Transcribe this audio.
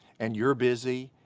and you're busy,